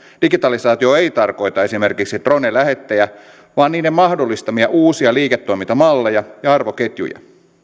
digitalisaatio ei tarkoita esimerkiksi drone lähettejä vaan niiden mahdollistamia uusia liiketoimintamalleja ja arvoketjuja